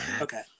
Okay